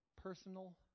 Personal